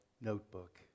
notebook